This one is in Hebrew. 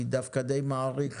אני דווקא די מעריך